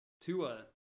Tua